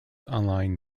online